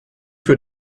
für